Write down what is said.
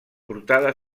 portada